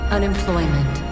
Unemployment